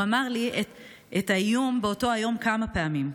הוא אמר לי את האיום באותו היום כמה פעמים.